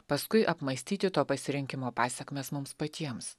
paskui apmąstyti to pasirinkimo pasekmes mums patiems